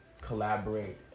collaborate